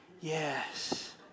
Yes